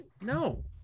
no